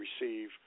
receive